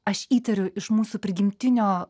aš įtariu iš mūsų prigimtinio